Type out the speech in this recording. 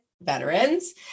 Veterans